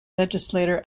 legislator